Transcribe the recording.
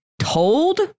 told